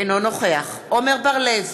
אינו נוכח עמר בר-לב,